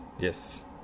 Yes